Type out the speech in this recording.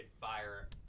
fire